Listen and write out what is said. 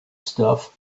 stuff